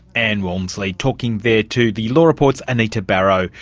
ann walmsley, talking there to the law report's anita barraud.